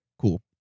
Cool